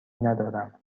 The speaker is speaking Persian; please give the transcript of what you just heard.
ندارم